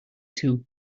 two